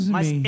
Mas